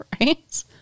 Right